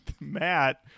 Matt